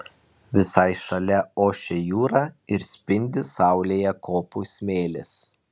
visai šalia ošia jūra ir spindi saulėje kopų smėlis